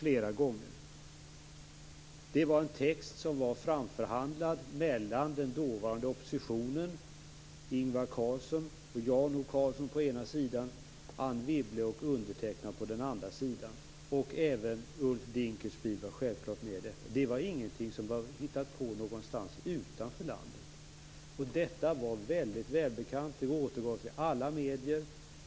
Denna text var framförhandlad mellan å ena sidan företrädare för den dåvarande oppositionen, Ingvar Carlsson och Jan O. Karlsson, och å andra sidan Anne Wibble och jag själv. Även Ulf Dinkelspiel var självklart med i detta. Det var inte någonting som hade hittats på någonstans utanför landet. Detta var väldigt välbekant och återgavs i alla medier.